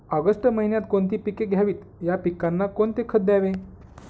August महिन्यात कोणती पिके घ्यावीत? या पिकांना कोणते खत द्यावे?